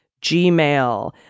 Gmail